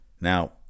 Now